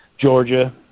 Georgia